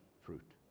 fruit